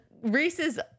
Reese's